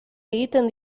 egiten